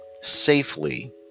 safely